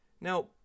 Now